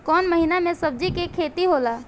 कोउन महीना में सब्जि के खेती होला?